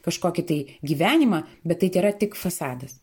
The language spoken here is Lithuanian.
kažkokį tai gyvenimą bet tai tėra tik fasadas